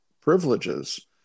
privileges